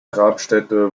grabstätte